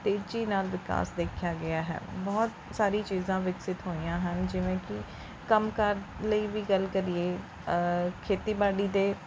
ਤੇਜ਼ੀ ਨਾਲ ਵਿਕਾਸ ਦੇਖਿਆ ਗਿਆ ਹੈ ਬਹੁਤ ਸਾਰੀ ਚੀਜ਼ਾਂ ਵਿਕਸਿਤ ਹੋਈਆਂ ਹਨ ਜਿਵੇਂ ਕਿ ਕੰਮਕਾਰ ਲਈ ਵੀ ਗੱਲ ਕਰੀਏ ਖੇਤੀਬਾੜੀ ਦੇ